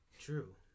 True